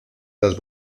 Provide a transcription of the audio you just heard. las